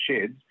sheds